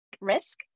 risk